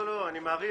אני מעריך.